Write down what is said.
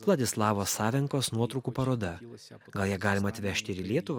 vladislavo savinkos nuotraukų paroda gal ją galima atvežti ir į lietuvą